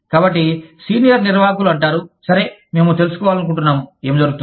కాబట్టి సీనియర్ నిర్వాహకులు అంటారు సరే మేము తెలుసుకోవాలనుకుంటున్నాము ఏమి జరుగుతుందో